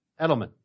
Edelman